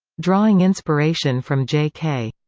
drawing inspiration from j k.